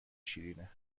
شیرینه